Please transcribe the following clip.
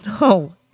No